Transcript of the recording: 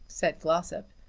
said glossop.